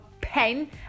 pen